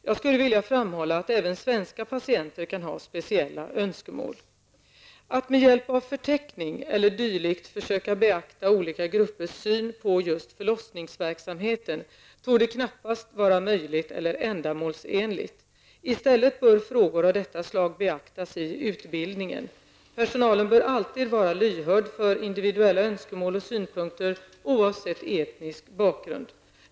Jag skulle vilja framhålla att även svenska patienter kan ha speciella önskemål. Att med hjälp av förteckning e.d. försöka beakta olika gruppers syn på just förlossningsverksamheten torde knappast vara möjligt eller ändamålsenligt. I stället bör frågor av detta slag beaktas i utbildningen. Personalen bör alltid vara lyhörd för individuella önskemål och synpunkter oavsett etnisk bakgrund.